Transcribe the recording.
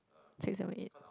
six seven eight